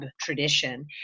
tradition